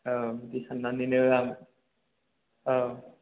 औ बिदि साननानैनो आं औ